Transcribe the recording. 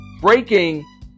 breaking